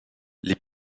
les